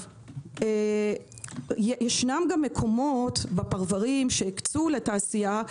יש גם מקומות בפרברים שהקצו לתעשייה,